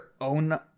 own